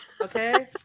Okay